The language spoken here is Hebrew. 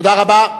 תודה רבה.